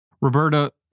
Roberta